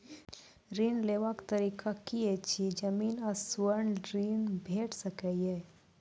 ऋण लेवाक तरीका की ऐछि? जमीन आ स्वर्ण ऋण भेट सकै ये?